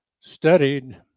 studied